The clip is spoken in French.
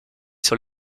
sur